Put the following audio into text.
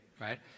right